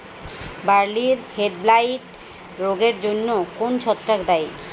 বার্লির হেডব্লাইট রোগের জন্য কোন ছত্রাক দায়ী?